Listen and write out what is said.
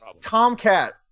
Tomcat